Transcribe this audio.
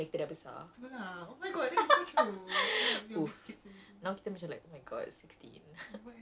it's so weird that when we say younger is now like sixteen seventeen but time tu kita rasa kita macam dah besar